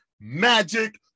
Magic